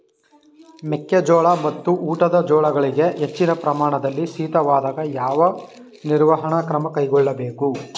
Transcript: ಮೆಕ್ಕೆ ಜೋಳ ಮತ್ತು ಊಟದ ಜೋಳಗಳಿಗೆ ಹೆಚ್ಚಿನ ಪ್ರಮಾಣದಲ್ಲಿ ಶೀತವಾದಾಗ, ಯಾವ ನಿರ್ವಹಣಾ ಕ್ರಮ ಕೈಗೊಳ್ಳಬೇಕು?